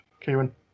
Kieran